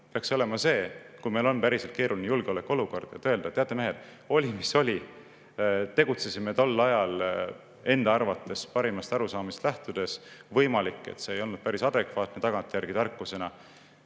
olema see – kui meil on päriselt keeruline julgeolekuolukord –, et öeldakse: "Teate, mehed, oli mis oli. Tegutsesime tol ajal enda arvates parimast arusaamisest lähtudes, võimalik, et see ei olnud päris adekvaatne, tagantjärgi tarkusena.